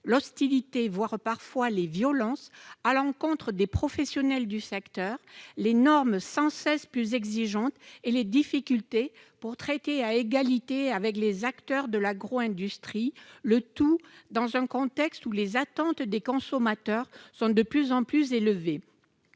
l'hostilité, voire parfois les violences subies par les professionnels du secteur, les normes sans cesse plus exigeantes et les difficultés pour traiter à égalité avec les acteurs de l'agroindustrie, le tout dans un contexte où les attentes des consommateurs sont de plus en plus élevées.